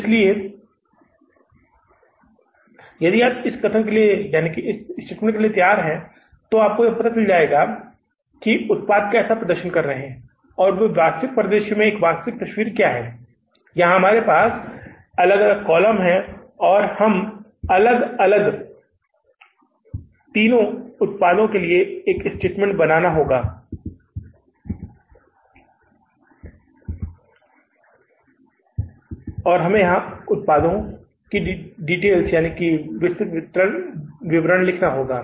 इसलिए यदि आप इस स्टेटमेंट को तैयार करते हैं तो आपको पता चल जाएगा कि ये उत्पाद कैसा प्रदर्शन कर रहे हैं और वास्तविक परिदृश्य में एक वास्तविक तस्वीर क्या है और यहां हमारे अलग अलग कॉलम हैं हमें तीन उत्पादों के लिए एक लाभप्रदता स्टेटमेंट बनाना होगा और यहां हमें उत्पादों को लगाना होगा